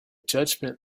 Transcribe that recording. judgment